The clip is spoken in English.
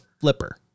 flipper